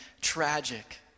tragic